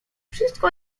wszystko